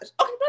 Okay